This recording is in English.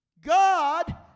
God